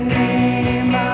name